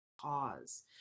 cause